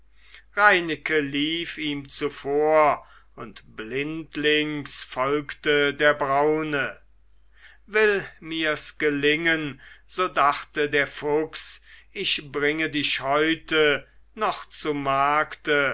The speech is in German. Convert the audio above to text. reineke lief ihm zuvor und blindlings folgte der braune will mirs gelingen so dachte der fuchs ich bringe dich heute noch zu markte